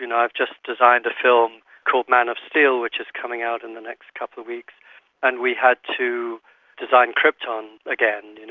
you know i've just designed a film called man of steel which is coming out in the next couple of weeks and we had to design krypton again.